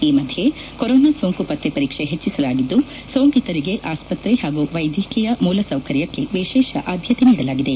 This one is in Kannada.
ಈ ಮಧ್ಯೆ ಕೊರೊನಾ ಸೋಂಕು ಪತ್ತೆ ಪರೀಕ್ಷೆ ಹೆಚ್ಚಿಸಲಾಗಿದ್ದು ಸೋಂಕಿತರಿಗೆ ಆಸ್ಪತ್ರೆ ಹಾಗೂ ವೈದ್ಯಕೀಯ ಮೂಲ ಸೌಕರ್ಯಕ್ಕೆ ವಿಶೇಷ ಆದ್ಯತೆ ನೀಡಲಾಗಿದೆ